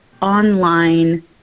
online